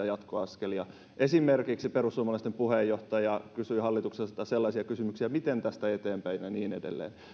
jatkoaskelia esimerkiksi perussuomalaisten puheenjohtaja kysyi hallitukselta sellaisia kysymyksiä kuin miten tästä eteenpäin ja niin edelleen